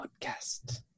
Podcast